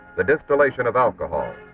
the distillation of alcohol.